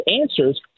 answers